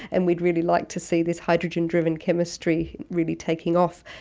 and we'd really like to see this hydrogen driven chemistry really taking off,